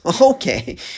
Okay